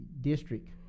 district